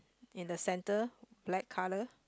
in the center black colour